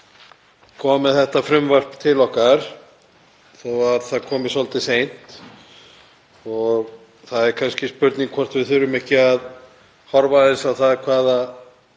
með þetta frumvarp til okkar þó að það komi svolítið seint. Það er kannski spurning hvort við þurfum ekki að horfa aðeins á það hvaða